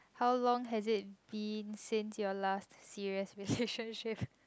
how long has it been since your last serious relationship